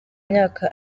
myaka